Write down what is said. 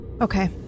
Okay